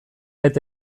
eta